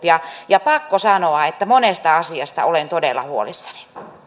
ja on pakko sanoa että monesta asiasta olen todella huolissani